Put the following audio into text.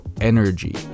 energy